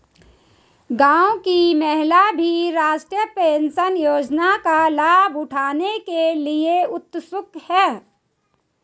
गांव की महिलाएं भी राष्ट्रीय पेंशन योजना का लाभ उठाने के लिए उत्सुक हैं